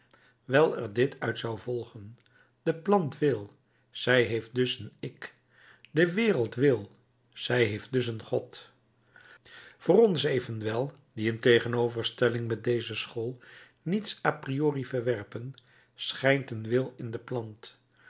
wijl er dit uit zou volgen de plant wil zij heeft dus een ik de wereld wil zij heeft dus een god voor ons evenwel die in tegenoverstelling met deze school niets à priori verwerpen schijnt een wil in de plant